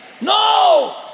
No